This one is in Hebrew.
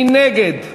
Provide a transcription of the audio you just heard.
מי נגד?